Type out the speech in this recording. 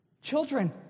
children